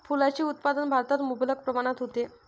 फुलांचे उत्पादन भारतात मुबलक प्रमाणात होते